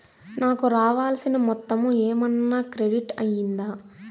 నాకు రావాల్సిన మొత్తము ఏమన్నా క్రెడిట్ అయ్యిందా